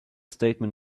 statement